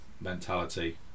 mentality